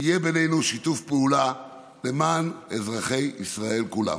יהיה בינינו שיתוף פעולה למען אזרחי ישראל כולם.